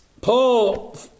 Paul